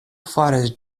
faris